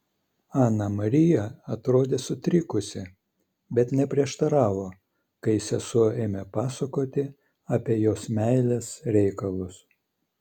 ana marija atrodė sutrikusi bet neprieštaravo kai sesuo ėmė pasakoti apie jos meilės reikalus